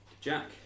Jack